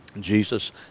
Jesus